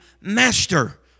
master